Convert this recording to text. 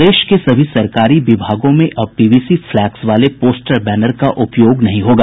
प्रदेश के सभी सरकारी विभागों में अब पीवीसी फ्लैक्स वाले पोस्टर बैनर का उपयोग नहीं होगा